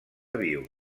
viu